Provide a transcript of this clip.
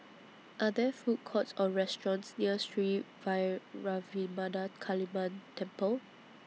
Are There Food Courts Or restaurants near Sri Vairavimada Kaliamman Temple